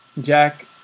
Jack